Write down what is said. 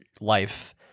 life